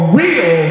real